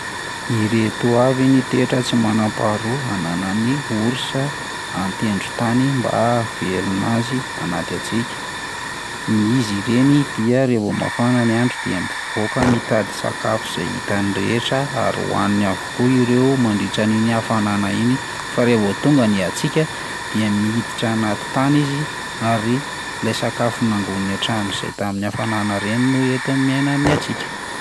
Ireto avy ny toetra tsy manam-paharoa ananan'ny orsa an-tendron-tany mba hahavelona azy anaty hatsiaka: n- izy ireny dia raha vao mafana ny andro dia mivoaka mitady sakafo zay hitany rehetra ary hohaniny avokoa ireo mandritran'iny hafanana iny, fa raha vao tonga ny hatsiaka dia miditra anaty tany izy ary ilay sakafo nangoniny hatramin'izay tamin'ny hafanana reny no entiny miaina amin'ny hatsiaka.